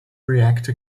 reactor